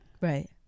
Right